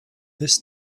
this